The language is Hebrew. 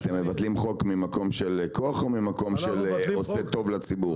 אתם מבטלים חוק ממקום של כוח או ממקום שעושה טוב לציבור?